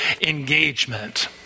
engagement